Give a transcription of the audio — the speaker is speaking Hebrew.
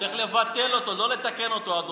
צריך לבטל אותו, לא לתקן אותו, אדוני.